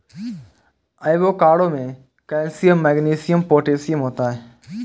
avocado में calcium magnesium potassium होता है